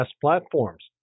platforms